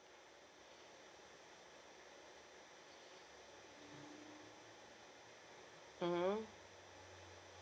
mmhmm